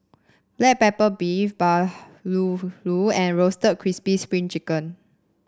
Black Pepper Beef Bahulu and Roasted Crispy Spring Chicken